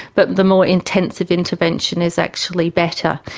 but the more intensive intervention is actually better.